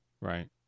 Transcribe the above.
Right